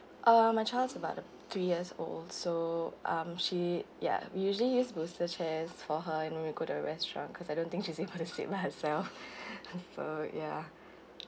uh my child's about uh three years old so um she ya we usually use booster chairs for her you know we go to restaurant cause I don't think she's able to sit by herself so ya